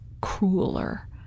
crueler